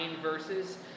verses